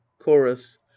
chorus